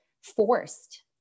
forced